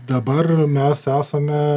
dabar mes esame